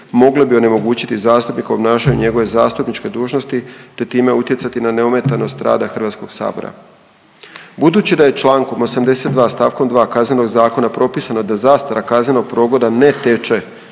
mogle bi onemogućiti zastupniku obnašanje njegove zastupničke dužnosti te time utjecati na neometanost rada HS-a. Budući da je čl. 82 st. 2 Kaznenog zakona propisano da zastara kaznenog progona ne teče